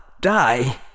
die